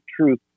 truth